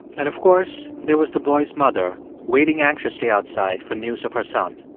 and, of course, there was the boy's mother waiting anxiously outside for news of her son.